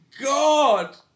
God